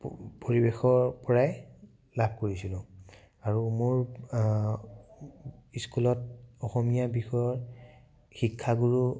পৰিৱেশৰ পৰা লাভ কৰিছিলোঁ আৰু মোৰ স্কুলত অসমীয়া বিষয়ৰ শিক্ষাগুৰু